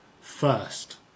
first